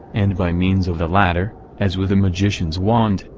and by means of the latter, as with a magician's wand,